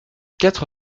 quatre